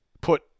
put